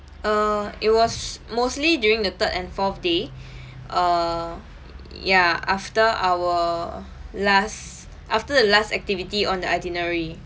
err it was mostly during the third and fourth day err ya after our last after the last activity on the itinerary